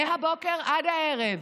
מהבוקר עד הערב: